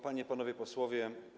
Panie i Panowie Posłowie!